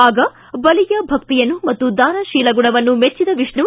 ಆಗ ಬಲಿಯ ಭಕ್ತಿಯನ್ನು ಮತ್ತು ದಾನ ತೀಲಗುಣವನ್ನು ಮೆಚ್ಚದ ವಿಷ್ಣು